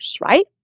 right